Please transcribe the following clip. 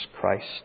Christ